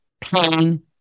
pain